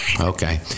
Okay